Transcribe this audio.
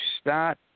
start